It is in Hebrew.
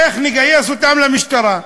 איך נגייס אותם למשטרה.